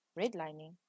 redlining